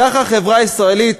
ככה החברה הישראלית